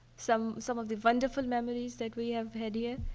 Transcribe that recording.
some some of the wonderful memories that we have had here,